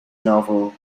novel